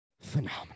phenomenal